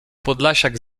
podlasiak